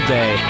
day